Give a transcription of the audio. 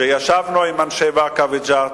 כשישבנו עם אנשי באקה וג'ת,